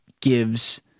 gives